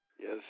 Yes